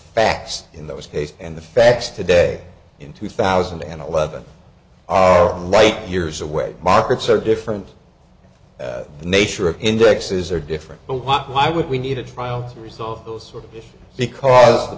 facts in those cases and the facts today in two thousand and eleven are light years away markets are different the nature of indexes are different but what why would we need a trial to resolve those sort of because the